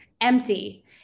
empty